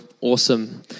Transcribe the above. awesome